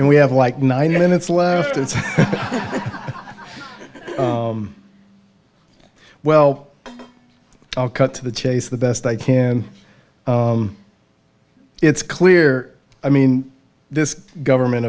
and we have like ninety minutes left it's well i'll cut to the chase the best i can it's clear i mean this government